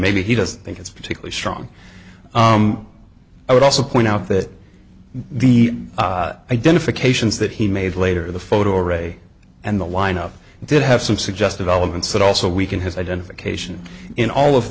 maybe he doesn't think it's particularly strong i would also point out that the identifications that he made later the photo array and the lineup did have some suggestive elements that also weaken his identification in all of